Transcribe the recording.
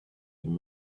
been